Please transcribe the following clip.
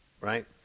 right